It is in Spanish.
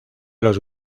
los